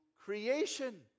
creation